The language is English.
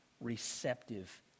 receptive